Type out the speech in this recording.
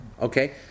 okay